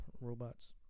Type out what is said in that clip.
Robots